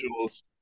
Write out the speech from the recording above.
visuals